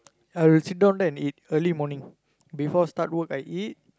I will sit down there and eat early morning before start work I eat